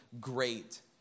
great